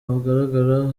agaragara